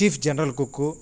chief general cook